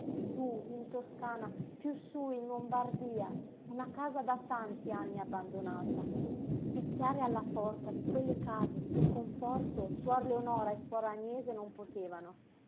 sú in toscana piú sú in lombardia una casa da tanti anni abbandonata picchiare alla porta di quelle case per conforto suor leonora e suor agnese non potevano